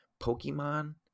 Pokemon